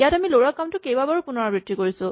ইয়াত আমি লৰোৱা কামটোৰ কেইবাবাৰো পুণৰাবৃত্তি কৰিছো